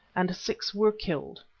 and six were killed,